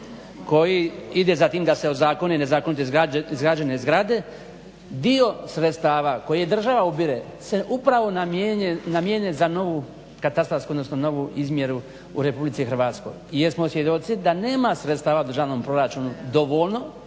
koji ide za tim da se ozakone nezakonito izgrađene zgrade, dio sredstava koji država ubire se upravo namijene za novu katastarsku odnosno novu izmjeru u RH jer smo svjedoci da nema sredstava u državnom proračunu dovoljno